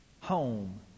home